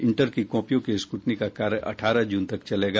inter की कॉपियों की स्क्रुटनी का कार्य अठारह जून तक चलेगा